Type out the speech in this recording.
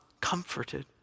comforted